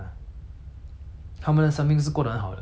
通常 lah 通常我认识的是这样 lah